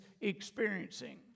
experiencing